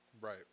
Right